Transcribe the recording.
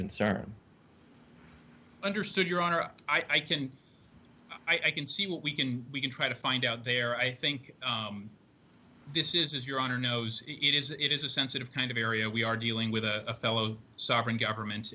concern understood your honor i can i can see what we can we can try to find out there i think this is your honor knows it is it is a sensitive kind of area we are dealing with a fellow sovereign governments